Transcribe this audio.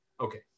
Okay